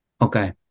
Okay